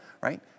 right